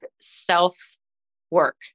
self-work